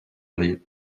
riez